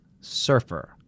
surfer